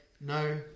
No